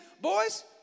Boys